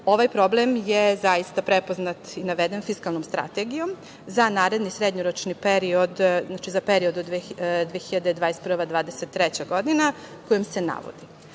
Ovaj problem je zaista prepoznat i naveden fiskalnom strategijom za naredni srednjoročni period, znači za period 2021/2023 godina, kojom se navodi. Tokom